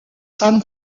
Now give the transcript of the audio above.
san